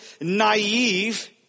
naive